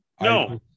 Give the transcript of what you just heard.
No